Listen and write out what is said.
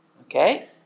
Okay